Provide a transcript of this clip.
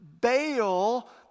Baal